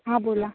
हां बोला